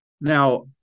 Now